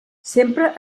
sempre